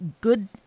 good